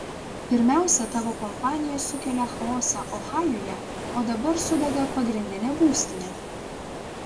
pirmiausia tavo kompanija sukelia chaosą ohajuje o dabar sudega pagrindinė būstinė